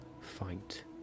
fight